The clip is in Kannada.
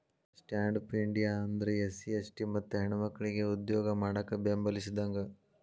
ಸ್ಟ್ಯಾಂಡ್ಪ್ ಇಂಡಿಯಾ ಅಂದ್ರ ಎಸ್ಸಿ.ಎಸ್ಟಿ ಮತ್ತ ಹೆಣ್ಮಕ್ಕಳಿಗೆ ಉದ್ಯೋಗ ಮಾಡಾಕ ಬೆಂಬಲಿಸಿದಂಗ